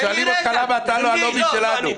אבל שואלים אותך למה אתה לא הלובי שלנו.